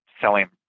selling